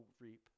reap